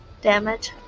Damage